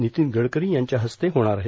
नितीन गडकरी यांच्या हस्ते होणार आहे